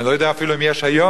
אני לא יודע אפילו אם יש היום